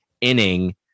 inning